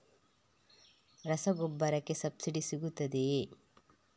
ರಸಗೊಬ್ಬರಕ್ಕೆ ಸಬ್ಸಿಡಿ ಸಿಗುತ್ತದೆಯೇ?